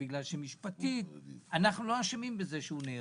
כי משפטית אנחנו לא אשמים בזה שאדם נהרג.